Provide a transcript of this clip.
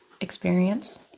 experience